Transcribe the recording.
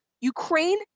Ukraine